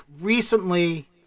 recently